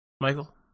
Michael